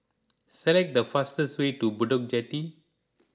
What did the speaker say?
select the fastest way to Bedok Jetty